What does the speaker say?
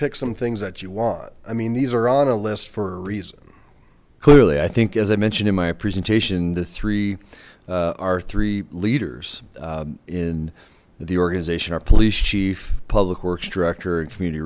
pick some things that you want i mean these are on a list for a reason clearly i think as i mentioned in my presentation the three are three leaders in the organization our police chief public works director and community